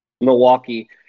Milwaukee